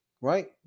right